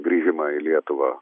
grįžimą į lietuvą